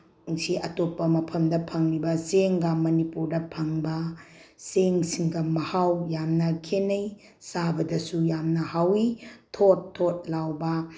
ꯅꯨꯡꯁꯤ ꯑꯇꯣꯞꯄ ꯃꯐꯝꯗ ꯐꯪꯉꯤꯕ ꯆꯦꯡꯒ ꯃꯅꯤꯄꯨꯔꯗ ꯐꯪꯕ ꯆꯦꯡꯁꯤꯡꯒ ꯃꯍꯥꯎ ꯌꯥꯝꯅ ꯈꯦꯠꯅꯩ ꯆꯥꯕꯗꯁꯨ ꯌꯥꯝꯅ ꯍꯥꯎꯋꯤ ꯊꯣꯠ ꯊꯣꯠ ꯂꯥꯎꯕ